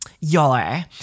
y'all